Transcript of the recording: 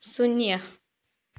शून्य